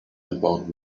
about